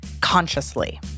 consciously